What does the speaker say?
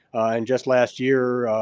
and just last year,